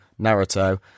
Naruto